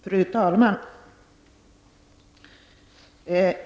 Fru talman!